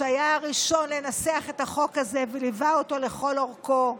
שהיה הראשון לנסח את החוק הזה וליווה אותו לכל אורכו,